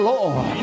Lord